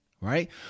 Right